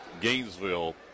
Gainesville